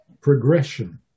progression